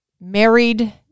Married